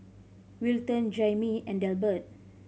Wilton Jayme and Delbert